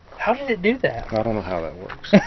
how did it do that? i don't know how that works.